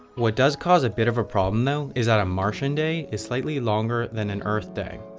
what does cause a bit of a problem though, is that a martian day is slightly longer than an earth day.